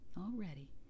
already